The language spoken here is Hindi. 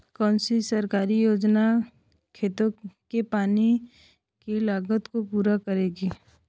कौन सी सरकारी योजना खेतों के पानी की लागत को पूरा करेगी?